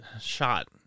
Shot